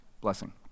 blessing